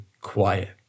quiet